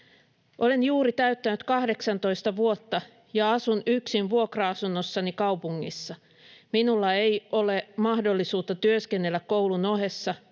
"Olen juuri täyttänyt 18 vuotta, ja asun yksin vuokra-asunnossani kaupungissa. Minulla ei ole mahdollisuutta työskennellä koulun ohessa,